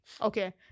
okay